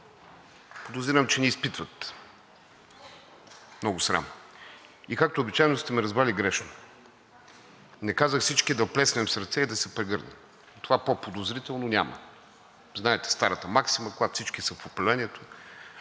Подозирам, че не изпитват много срам. И както обичайно, сте ме разбрали грешно. Не казах всички да плеснем с ръце и да се прегърнем. От това по-подозрително няма. Знаете старата максима, че когато всички са в управлението,